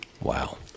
Wow